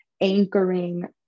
anchoring